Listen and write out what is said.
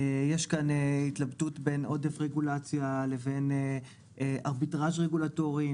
יש כאן התלבטות בין עודף רגולציה לבין ארביטראז' רגולטורי.